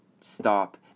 stop